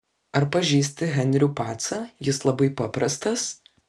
ar pažįsti henrių pacą jis labai paprastas